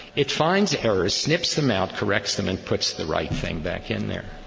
it finds errors, snips them out, corrects them, and puts the right thing back in there.